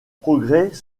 progrès